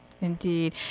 Indeed